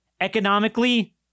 economically